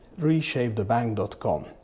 reshapethebank.com